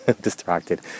distracted